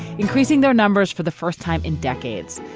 increasing their numbers for the first time in decades.